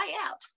out